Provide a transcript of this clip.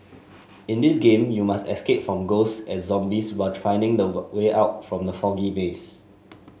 in this game you must escape from ghost and zombies while finding the were way out from the foggy maze